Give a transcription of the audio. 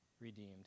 redeemed